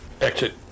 exit